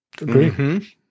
Agree